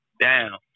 down